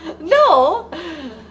No